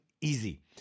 Easy